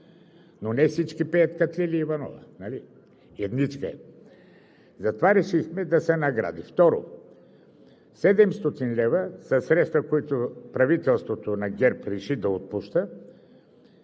Но не всички пеят като Лили Иванова, нали, едничка е? Затова решихме да са награди. Трето, 700 лв. са средства, които правителството на ГЕРБ реши да отпуща